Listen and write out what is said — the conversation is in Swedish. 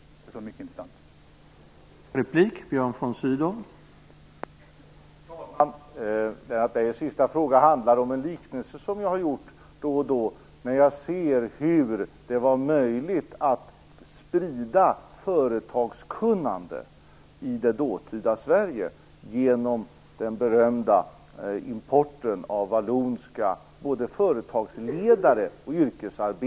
Det skulle vara mycket intressant.